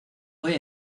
hoy